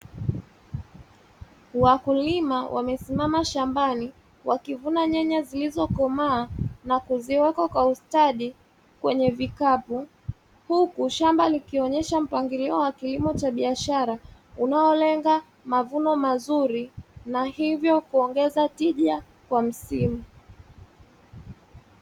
Wakulima wamesimama shambani wakivuna nyanya zilizokomaa na kuziweka kwa ustadi kwenye vikapu. Huku shamba likionyesha mpangilio wa kilimo cha biashara, unaolenga mavuno mazuri, na hivyo kuongeza tija kwa msimu.